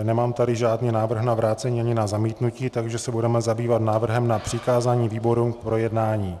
Nemám tady žádný návrh na vrácení ani zamítnutí, takže se budeme zabývat návrhem na přikázání výborům k projednání.